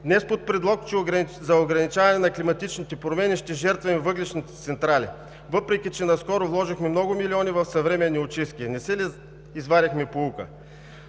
Днес под предлог за ограничаване на климатичните промени ще жертваме въглищните си централи, въпреки че наскоро вложихме много милиони в съвременни очистки. Не си ли извадихме поука?